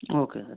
okay sir